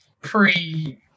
pre